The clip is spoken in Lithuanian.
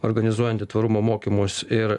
organizuojanti tvarumo mokymus ir